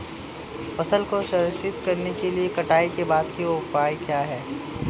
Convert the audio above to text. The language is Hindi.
फसल को संरक्षित करने के लिए कटाई के बाद के उपाय क्या हैं?